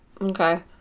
okay